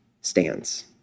stands